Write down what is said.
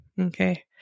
Okay